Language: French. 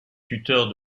tuteur